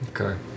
Okay